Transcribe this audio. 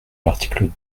l’article